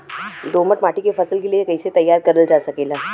दोमट माटी के फसल के लिए कैसे तैयार करल जा सकेला?